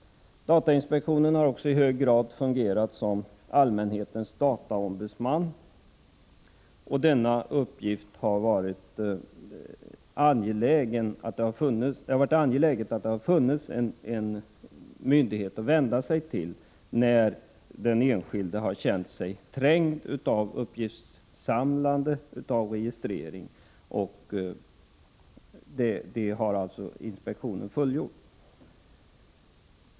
Datainspektionen har också i hög grad fungerat som allmänhetens dataombudsman. Det har varit angeläget att det har funnits en myndighet att vända sig till när den enskilde känt sig trängd av uppgiftssamlande och registrering. Datainspektionen har alltså fyllt den funktionen.